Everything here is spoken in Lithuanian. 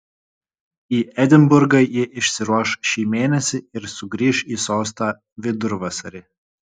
į edinburgą ji išsiruoš šį mėnesį ir sugrįš į sostą vidurvasarį